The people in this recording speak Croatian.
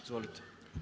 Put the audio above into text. Izvolite.